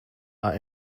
are